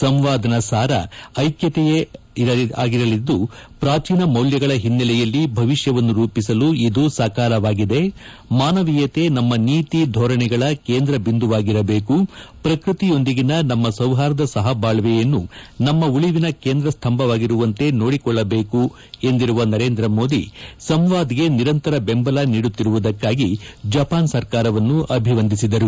ಸಂವಾದ್ನ ಸಾರ ಐಕ್ಯತೆಯಾಗಿಯೇ ಇರಲಿದ್ಲು ಪ್ರಾಚೀನ ಮೌಲ್ಯಗಳ ಹಿನ್ನೆಲೆಯಲ್ಲಿ ಭವಿಷ್ಯವನ್ನು ರೂಪಿಸಲು ಇದು ಸಕಾಲವಾಗಿದೆ ಮಾನವೀಯತೆ ನಮ್ಮ ನೀತಿ ದೋರಣೆಗಳ ಕೇಂದ್ರ ಬಿಂದುವಾಗಿರಬೇಕು ಪ್ರಕೃತಿಯೊಂದಿಗಿನ ನಮ್ಮ ಸೌಹಾರ್ದ ಸಹಬಾಳ್ವೆಯನ್ನು ನಮ್ಮ ಉಳಿವಿನ ಕೇಂದ್ರ ಸ್ತಂಭವಾಗಿರುವಂತೆ ನೋಡಿಕೊಳ್ಳಬೇಕು ಎಂದಿರುವ ನರೇಂದ್ರ ಮೋದಿ ಸಂವಾದ್ಗೆ ನಿರಂತರ ಬೆಂಬಲ ನೀಡುತ್ತಿರುವುದಕ್ಕಾಗಿ ಜಪಾನ್ ಸರ್ಕಾರವನ್ನು ಅಭಿವಂದಿಸಿದರು